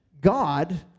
God